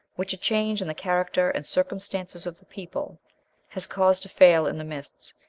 which a change in the character and circumstances of the people has caused to fail in the midst,